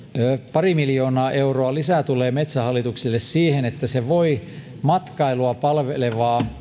pari miljoonaa euroa lisää tulee metsähallitukselle siihen että se voi matkailua palvelevaa